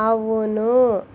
అవును